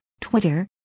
Twitter